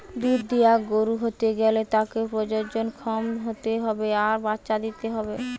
দুধ দিয়া গরু হতে গ্যালে তাকে প্রজনন ক্ষম হতে হবে আর বাচ্চা দিতে হবে